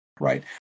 right